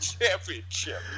Championship